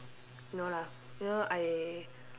no lah you know I